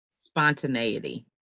spontaneity